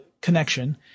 connection